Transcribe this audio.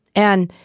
and,